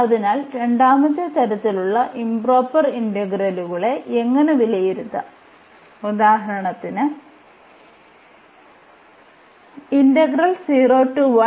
അതിനാൽ രണ്ടാമത്തെ തരത്തിലുള്ള ഇംപ്റോപർ ഇന്റഗ്രലുകളെ എങ്ങനെ വിലയിരുത്താം ഉദാഹരണത്തിന് ഉണ്ട്